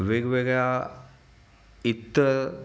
वेगवेगळ्या इतर